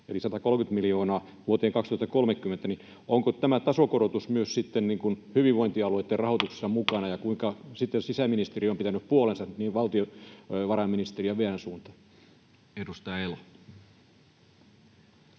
eli 130 miljoonaa vuoteen 2030. Onko tämä tasokorotus myös sitten hyvinvointialueitten rahoituksessa mukana, ja kuinka sisäministeriö on pitänyt puolensa niin valtiovarainministeriön kuin VN:n suuntaan? [Speech 675]